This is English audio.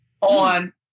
on